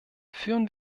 führen